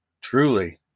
truly